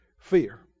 Fear